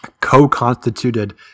co-constituted